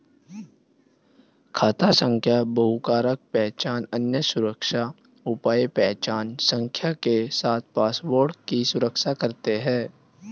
खाता संख्या बहुकारक पहचान, अन्य सुरक्षा उपाय पहचान संख्या के साथ पासवर्ड की सुरक्षा करते हैं